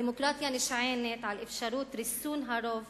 הדמוקרטיה נשענת על אפשרות ריסון הרוב